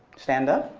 stand up,